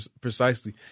precisely